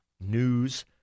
news